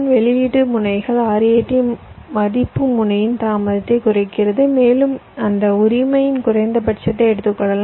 வெளியீட்டு முனைகளின் RAT மதிப்பு முனையின் தாமதத்தை குறைக்கிறது மேலும் அந்த உரிமையின் குறைந்தபட்சத்தை எடுத்துக்கொள்ளலாம்